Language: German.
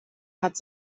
hat